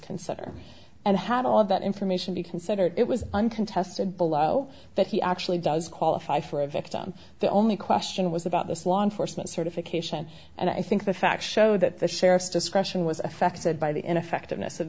consider and have all of that information be considered it was uncontested below that he actually does qualify for a victim the only question was about this law enforcement certification and i think the facts show that the sheriff's discretion was affected by the ineffectiveness of